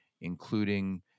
including